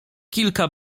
kilka